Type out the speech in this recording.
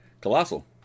Colossal